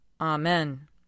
Amen